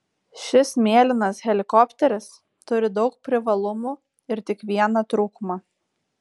šis mėlynas helikopteris turi daug privalumų ir tik vieną trūkumą